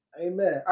Amen